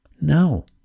No